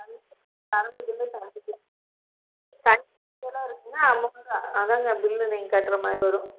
current current பில்லும் தண்ணியெல்லாம் தண்ணியெல்லாம் இருக்குதுங்க அதனால் அதுதாங்க பில்லு நீங்கள் கட்டுகிற மாதிரி வரும்